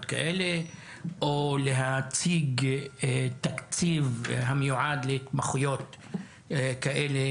כאלה או להציג תקציב המיועד להתמחויות כאלה,